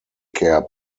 care